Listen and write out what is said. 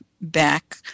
back